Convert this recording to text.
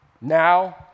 now